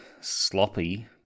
sloppy